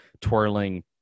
twirling